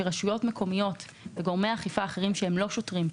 שרשויות מקומיות וגורמי אכיפה אחרים שהם לא שוטרים,